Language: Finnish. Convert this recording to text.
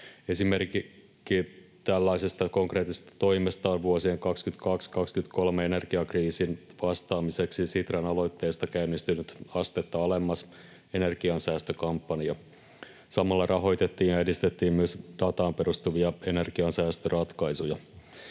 Esimerkki tällaisesta konkreettisesta toimesta on vuosien 22—23 energiakriisin vastaamiseksi Sitran aloitteesta käynnistynyt Astetta alemmas -energiansäästökampanja. Samalla rahoitettiin ja edistettiin myös dataan perustuvia energiansäästöratkaisuja.